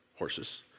Horses